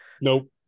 Nope